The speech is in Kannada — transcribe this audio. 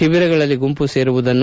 ತಿಬಿರಗಳಲ್ಲಿ ಗುಂಪು ಸೇರುವುದನ್ನು